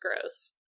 gross